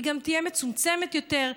היא גם תהיה מצומצמת יותר,